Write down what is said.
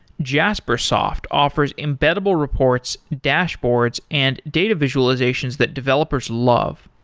jaspersoft offers embeddable reports, dashboards and data visualizations that developers love.